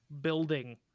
building